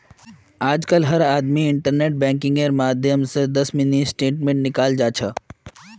आजकल हर आदमी इन्टरनेट बैंकिंगेर माध्यम स दस मिनी स्टेटमेंट निकाल जा छ